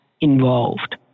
involved